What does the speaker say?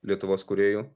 lietuvos kūrėjų